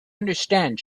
understand